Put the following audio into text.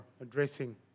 addressing